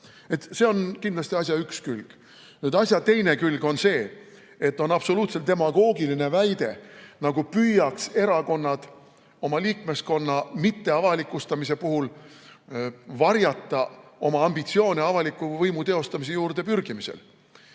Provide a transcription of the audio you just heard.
See on kindlasti asja üks külg. Asja teine külg on see, et on absoluutselt demagoogiline väita, nagu püüaks erakonnad oma liikmeskonna mitteavalikustamise puhul varjata oma ambitsioone avaliku võimu teostamise juurde pürgimisel.